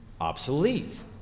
obsolete